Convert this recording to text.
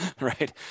Right